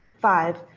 Five